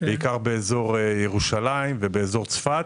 בעיקר באזור ירושלים וצפת.